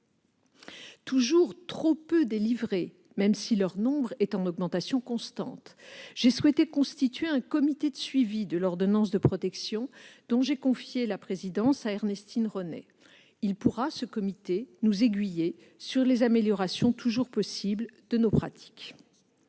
Toujours trop peu délivrée, même si le nombre est en augmentation constante, j'ai souhaité constituer un comité de suivi de l'ordonnance de protection dont j'ai confié la présidence à Ernestine Ronai. Ce comité pourra nous aiguiller sur les améliorations toujours possibles de nos pratiques.